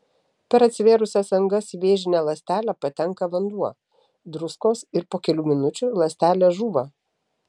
per atsivėrusias angas į vėžinę ląstelę patenka vanduo druskos ir po kelių minučių ląstelė žūva